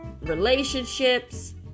relationships